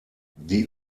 die